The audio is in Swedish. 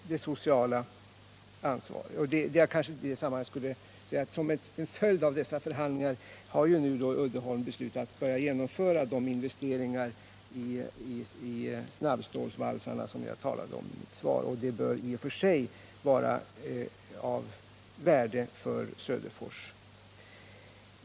Som en följd av dessa förhandlingar har nu Uddeholm beslutat börja genomföra de investeringar i snabbstålsvalsarna som jag talade om i mitt svar, och det bör i och för sig vara av värde för Söderfors.